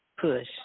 PUSH